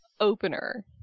opener